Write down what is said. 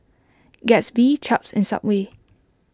Gatsby Chaps and Subway